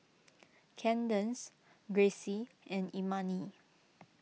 Cadence Gracie and Imani